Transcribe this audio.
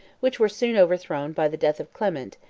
which were soon overthrown by the death of clement,